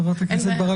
חברת הכנסת ברק,